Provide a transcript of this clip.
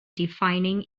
defining